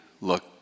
look